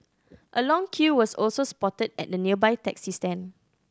a long queue was also spotted at the nearby taxi stand